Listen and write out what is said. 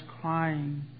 crying